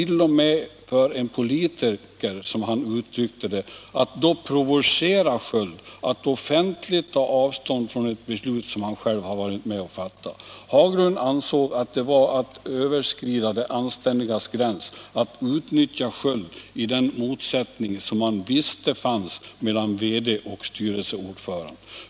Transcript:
0. m. för en politiker”, som han uttryckte det, att då provocera Sköld att offentligt ta avstånd från ett beslut som han själv hade varit med om att fatta. Haglund ansåg att det var att överskrida det anständigas gräns att utnyttja Sköld i den motsättning som man visste fanns mellan vd och styrelseordförande.